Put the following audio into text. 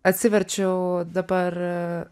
atsiverčiau dabar